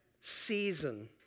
season